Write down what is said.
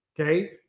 Okay